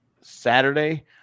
Saturday